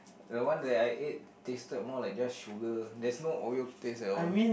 the one that I ate tasted more like just sugar there's no oreo taste at all